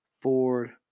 Ford